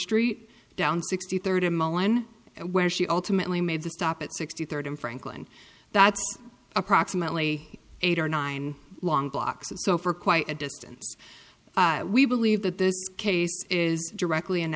street down sixty third in milan where she ultimately made the stop at sixty third and franklin that's approximately eight or nine long blocks so for quite a distance we believe that this case is directly an